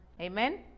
Amen